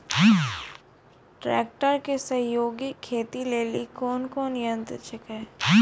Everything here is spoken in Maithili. ट्रेकटर के सहयोगी खेती लेली कोन कोन यंत्र छेकै?